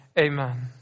Amen